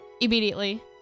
immediately-